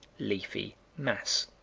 leafy mass.